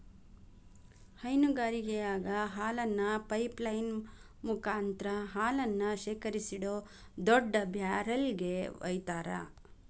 ಹೈನಗಾರಿಕೆಯಾಗ ಹಾಲನ್ನ pipeline ಮುಕಾಂತ್ರ ಹಾಲನ್ನ ಶೇಖರಿಸಿಡೋ ದೊಡ್ಡ ಬ್ಯಾರೆಲ್ ಗೆ ವೈತಾರ